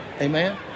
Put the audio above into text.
Amen